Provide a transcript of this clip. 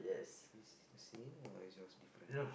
is it the same or is yours different